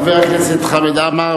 חבר הכנסת חמד עמאר,